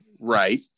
Right